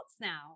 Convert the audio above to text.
now